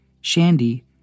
Shandy